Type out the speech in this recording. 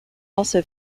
also